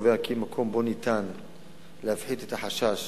הקובע כי מקום שבו ניתן להפחית את החשש